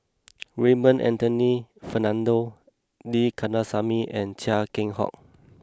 Raymond Anthony Fernando D Kandasamy and Chia Keng Hock